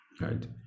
right